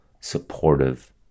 supportive